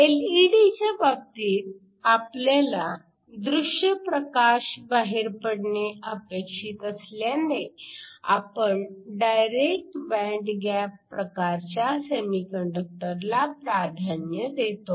एलईडीच्या बाबतीत आपल्याला दृश्य प्रकाश बाहेर पडणे अपेक्षित असल्याने आपण डायरेक्ट बँड गॅप प्रकारच्या सेमीकंडक्टरला प्राधान्य देतो